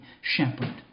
shepherd